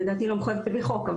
לדעתי היא לא מחויבת בחוק,